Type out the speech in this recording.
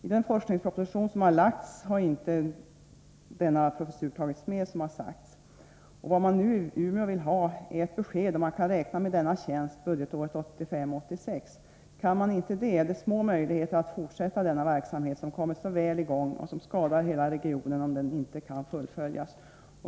I den forskningsproposition som lagts har alltså den här professuren inte tagits med. Vad man nu i Umeå vill ha är ett besked om huruvida man kan räkna med denna tjänst budgetåret 1985/86. Kan man inte göra det, så finns det små möjligheter att fortsätta den verksamhet som kommit så väl i gång, och det skadar hela regionen, om det hela ej kan fullföljas.